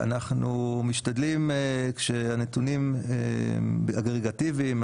כשהנתונים אגרגטיביים,